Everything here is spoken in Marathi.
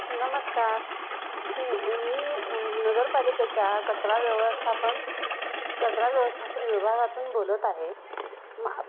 नमस्कार पी मी नगरपालिकेच्या कचरा व्यवस्थापन कचरा व्यवस्थापन विभागातून बोलत आहे मा